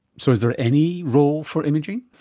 so is there any role for imaging?